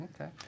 Okay